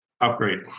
Upgrade